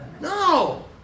No